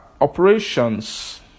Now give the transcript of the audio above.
operations